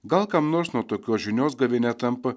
gal kam nors nuo tokios žinios gavėnia tampa